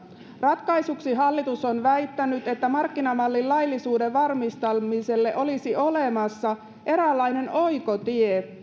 ratkaisuksi hallitus on väittänyt että markkinamallin laillisuuden varmistamiselle olisi olemassa eräänlainen oikotie